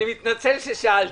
אני מתנצל ששאלתי.